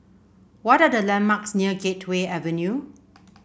what are the landmarks near Gateway Avenue